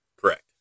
Correct